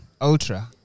Ultra